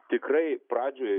tikrai pradžioj